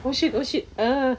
oh shit oh shit ah